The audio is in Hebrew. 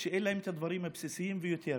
ואין להם הדברים הבסיסיים ביותר: